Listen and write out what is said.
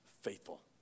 faithful